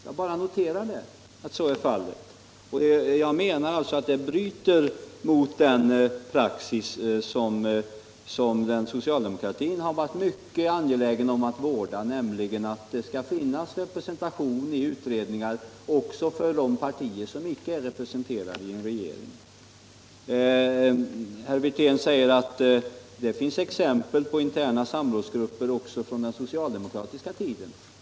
Jag bara noterar att så är fallet, och jag menar att det bryter mot den praxis som socialdemokratin har varit mycket angelägen om att vårda, nämligen att det i utredningar skall finnas representation också för de partier som inte är representerade i en regering. Herr Wirtén säger att det finns exempel på interna samrådsgrupper också från den socialdemokratiska tiden.